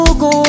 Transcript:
go